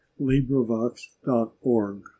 LibriVox.org